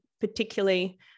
particularly